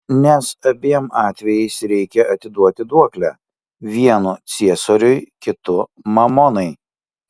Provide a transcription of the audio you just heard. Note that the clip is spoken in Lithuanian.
nes abiem atvejais reikia atiduoti duoklę vienu ciesoriui kitu mamonai